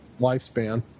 lifespan